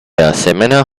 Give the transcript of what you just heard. asemenea